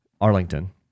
Arlington